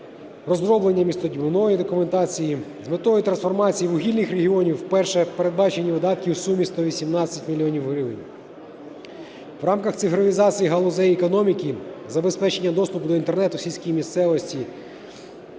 розроблення містобудівної документації. З метою трансформації вугільних регіонів вперше передбачені видатки у сумі 118 мільйонів гривень. В рамках цифровізації галузей економіки, забезпечення доступу до Інтернету у сільській місцевості